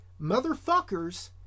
motherfuckers